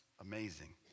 amazing